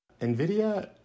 NVIDIA